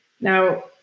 Now